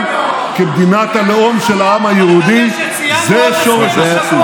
כמדינת הלאום של העם היהודי זה שורש הסכסוך.